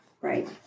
right